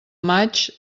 maig